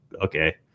okay